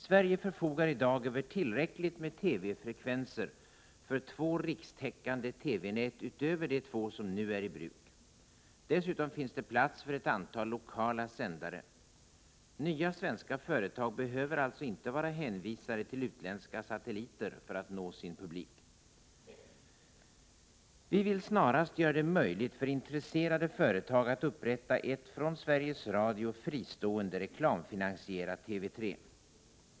Sverige förfogar i dag över tillräckligt med TV-frekvenser för två rikstäckande TV-nät utöver de två som nu är i bruk. Dessutom finns det plats för ett antal lokala sändare. Nya svenska företag behöver alltså inte vara hänvisade till utländska satelliter för att nå sin publik. Vi vill snarast göra det möjligt för intresserade företag att upprätta ett från Sveriges Radio fristående, reklamfinansierat TV 3.